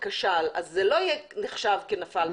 זה לא ייחשב כפגם שנפל,